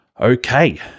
okay